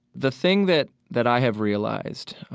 the thing that that i have realized